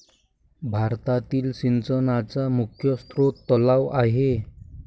भारतातील सिंचनाचा मुख्य स्रोत तलाव आहे